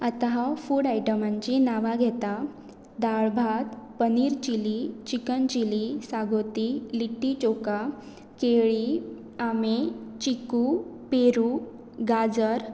आतां हांव फूड आयटमांची नांवां घेता दाळ भात पनीर चिली चिकन चिली सागोती लिट्टी चोका केळी आंबे चिकू पेरू गाजर